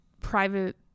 private